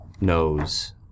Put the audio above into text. knows